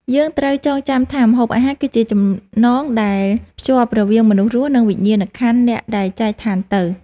យើងត្រូវចងចាំថាម្ហូបអាហារ គឺជាចំណងដែលភ្ជាប់រវាងមនុស្សរស់ និងវិញ្ញាណក្ខន្ធអ្នកដែលចែកឋានទៅ។